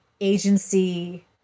agency